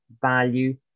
value